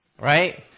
right